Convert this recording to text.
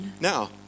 now